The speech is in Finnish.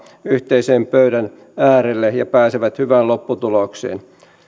yhteisen pöydän äärelle ja pääsevät hyvään lopputulokseen